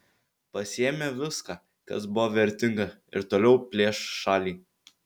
pasiėmė viską kas buvo vertinga ir toliau plėš šalį